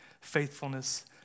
faithfulness